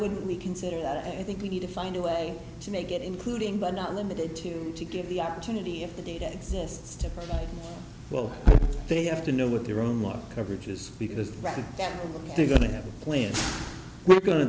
wouldn't we consider that and i think we need to find a way to make it including but not limited to to give the opportunity if the data exists to provide well they have to know what their own war coverage is because right now they're going to have a plan we're going to